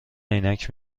عینک